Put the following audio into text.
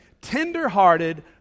tender-hearted